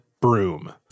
broom